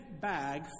bag